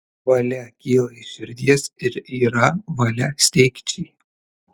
valia kyla iš širdies ir yra valia steigčiai